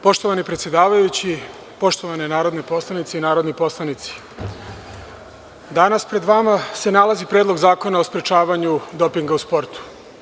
Poštovani predsedavajući, poštovani narodni poslanici i narodne poslanice, danas pred vama se nalazi Predlog zakona o sprečavanju dopinga u sportu.